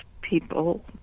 people